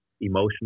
emotional